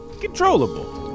controllable